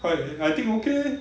quite I think okay leh